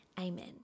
Amen